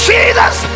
Jesus